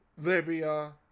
Libya